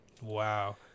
Wow